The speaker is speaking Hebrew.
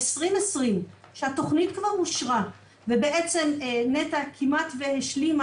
ב-2020 כשהתכנית כבר אושרה ובעצם נת"ע כמעט והשלימה